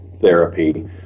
therapy